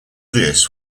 this